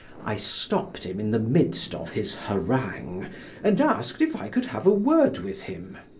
i stopped him in the midst of his harangue and asked if i could have a word with him.